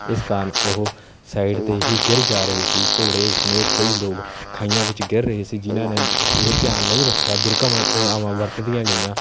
ਇਸ ਕਾਰਨ ਉਹ ਸਾਈਡ 'ਤੇ ਹੀ ਗਿਰ ਜਾ ਰਹੇ ਸੀ ਘੋੜੇ ਸਮੇਤ ਕਈ ਲੋਕ ਖਾਈਆਂ ਵਿੱਚ ਗਿਰ ਰਹੇ ਸੀ ਜਿਹਨਾਂ ਨੇ ਇਹ ਧਿਆਨ ਨਹੀਂ ਰੱਖਿਆ ਦੁਰਘਟਨਾਵਾਂ ਵਰਤਦੀਆਂ ਗਈਆਂ